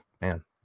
man